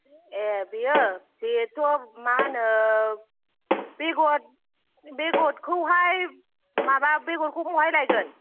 ए बेयो बेथ' मा होनो बेगर बेगरखौहाय माबा बेगरखौ महाय लायगोन